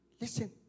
Listen